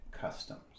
customs